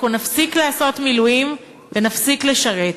ואנחנו נפסיק לעשות מילואים ונפסיק לשרת".